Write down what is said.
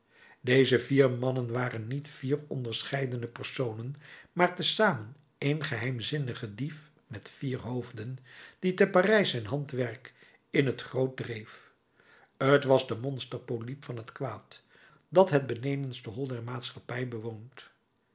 deze vier mannen waren niet vier onderscheiden personen maar te zamen één geheimzinnige dief met vier hoofden die te parijs zijn handwerk in t groot dreef t was de monster polyp van het kwaad dat het benedenste hol der maatschappij bewoont